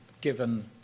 given